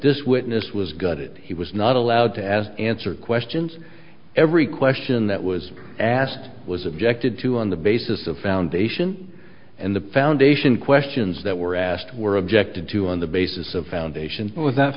this witness was gutted he was not allowed to ask answer questions every question that was asked was objected to on the basis of foundation and the foundation questions that were asked were objected to on the basis of foundation